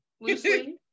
loosely